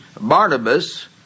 Barnabas